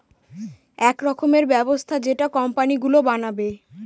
এক রকমের ব্যবস্থা যেটা কোম্পানি গুলো বানাবে